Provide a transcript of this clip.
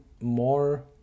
more